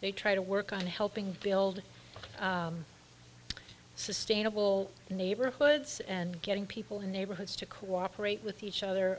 they try to work on helping build sustainable neighborhoods and getting people in neighborhoods to cooperate with each other